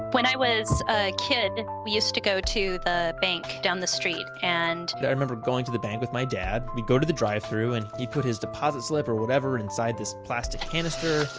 when i was a kid, we used to go to the bank down the street and i remember going to the bank with my dad. we go to the drive through and he put his deposit slip or whatever inside this plastic canister,